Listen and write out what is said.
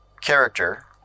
character